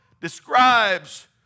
describes